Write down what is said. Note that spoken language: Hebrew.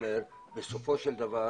ובסופו של דבר